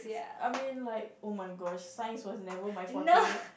I mean like oh my god science was never my forte